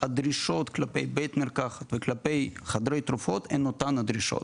הדרישות כלפי בית מרקחת וכלפי חדרי תרופות הן אותן הדרישות.